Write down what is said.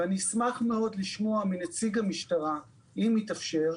ואני אשמח מאוד לשמוע מנציג המשטרה, אם יתאפשר,